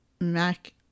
Mac